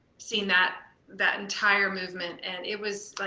seeing that that entire movement, and it was